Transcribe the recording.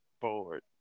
bored